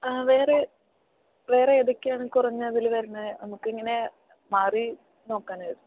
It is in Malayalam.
വേറെ വേറെ ഏതൊക്കെയാണ് കുറഞ്ഞ ഇതില് വരുന്നത് നമുക്ക് ഇങ്ങനെ മാറി നോക്കാനായിരുന്നു